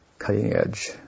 cutting-edge